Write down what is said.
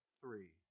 three